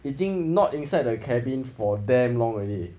已经 not inside the cabin for damn long already